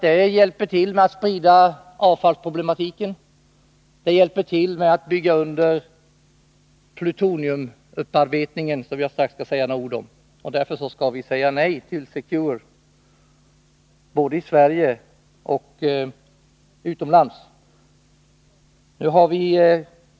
Det bidrar till att sprida avfallsproblemen, och det hjälper till att bygga under plutoniumupparbetning, som jag strax skall säga några ord om. Därför skall vi säga nej till Secure både i Sverige och utomlands.